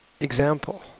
example